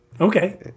Okay